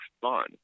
fun